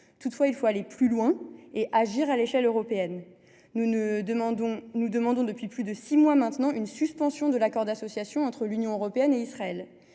Toutefois, il faut aller plus loin et agir à l’échelon européen. Nous demandons depuis plus de six mois maintenant une suspension de l’accord d’association entre l’UE et Israël.